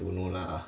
don't know lah